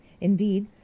Indeed